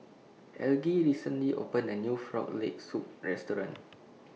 Elgie recently opened A New Frog Leg Soup Restaurant